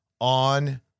on